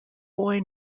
boy